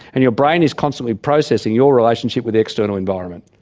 and your brain is constantly processing your relationship with the external environment.